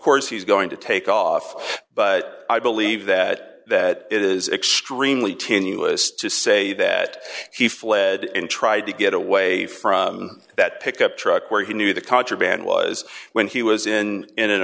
course he's going to take off but i believe that that it is extremely tenuous to say that he fled and tried to get away from that pickup truck where he knew the contraband was when he was in in an